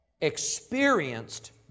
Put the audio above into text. experienced